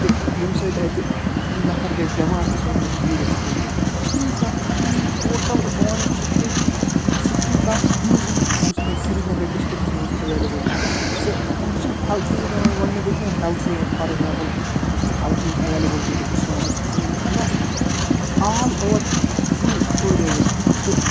کہِ ییٚمہِ سۭتۍ اَتہِ نفر گَژھِ بٮ۪مار تہِ سُہ ہیٚکہِ نہٕ ٹھیٖک گٔژھِتھ کِہیٖنۍ فی کانٛہہ فی ٹوٹَل بہٕ وَنہٕ کہِ یِتھ پٲٹھۍ کہِ سُہ چھُنہٕ کانٛہہ چیٖزٕے یُس نہٕ سرینگر ڈِسٹرکَس منٛز ایویلیبل چھِ سُہ یہِ چھِنہٕ ہٮ۪لتھَس سۭتۍ وَنہٕ نہٕ بہٕ کیٚنٛہہ ہٮ۪لتھٕے یوت فار اٮ۪گزامپٕل اَتہِ چھِ ہٮ۪لتھٕچ ایویلیبٕلٹی تہٕ بہٕ چھُس وَنان اَتہِ چھُ سٲلِم یہِ نہ آل اُوَر چھِ اَتہِ فُل اٮ۪فٲڈیبٕل تہٕ